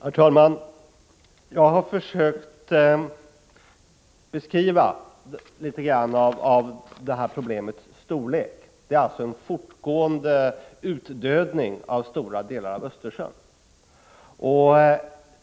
Herr talman! Jag har försökt att litet grand beskriva det här problemets storlek. Det handlar alltså om en fortgående ”avdödning” av stora delar av Östersjön.